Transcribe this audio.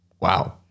Wow